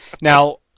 Now